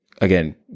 again